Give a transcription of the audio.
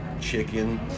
chicken